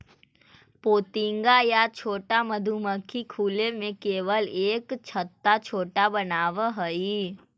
पोतिंगा या छोटा मधुमक्खी खुले में केवल एक छत्ता छोटा बनावऽ हइ